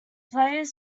players